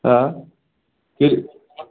آ تیٚلہِ